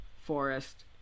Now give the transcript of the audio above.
forest